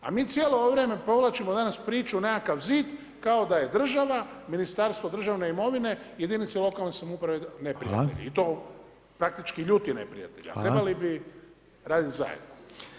A mi cijelo ovo vrijeme provlačimo danas priču o nekakvom zidu kao da je država, Ministarstvo državne imovine, jedinice lokalne samouprave neprijatelji i to praktički ljuti neprijatelji a trebali bi raditi zajedno.